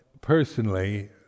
personally